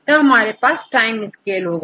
तो हमारे पास टाइम स्केल होता है